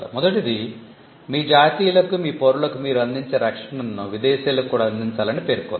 మొదటిది మీ జాతీయులకు మీ పౌరులకు మీరు అందించే రక్షణను విదేశీయులకు కూడా అందించాలని పేర్కొంది